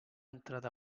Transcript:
entrada